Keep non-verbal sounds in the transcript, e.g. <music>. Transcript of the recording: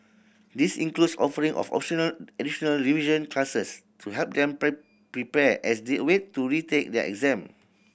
this includes offering of optional additional revision classes to help them <unintelligible> prepare as they wait to retake their exam